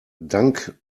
dank